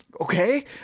okay